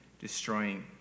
destroying